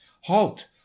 Halt